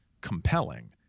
compelling